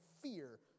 fear